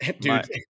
dude